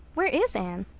where is anne?